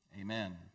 Amen